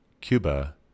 Cuba